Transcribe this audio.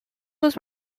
was